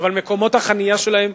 אבל מקומות החנייה שלהם,